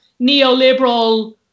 neoliberal